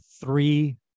three